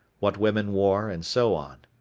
what women wore, and so on.